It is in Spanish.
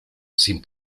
sin